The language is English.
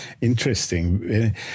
Interesting